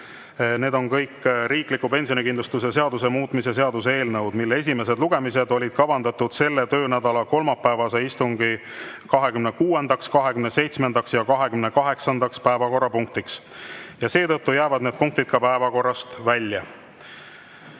Need on kõik riikliku pensionikindlustuse seaduse muutmise seaduse eelnõud, mille esimesed lugemised olid kavandatud selle töönädala kolmapäevase istungi 26., 27., ja 28. päevakorrapunktiks. Seetõttu jäävad need punktid päevakorrast välja.